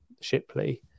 shipley